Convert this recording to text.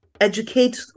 educate